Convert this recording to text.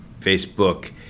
Facebook